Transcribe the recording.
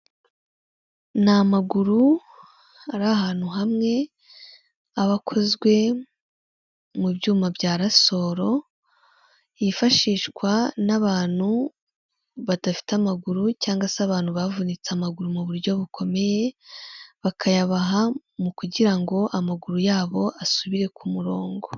Ni amagurura ari ahantu hamwe, aba akozwe mu byuma bya rasoro, yifashishwa n'abantu badafite amaguru, cyangwa se abantu bavunitse amaguru mu buryo bukomeye, bakayabaha mu kugira ngo amaguru yabo asubire ku murongo.